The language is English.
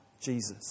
Jesus